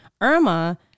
Irma